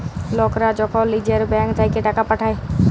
লকরা যখল লিজের ব্যাংক থ্যাইকে টাকা পাঠায়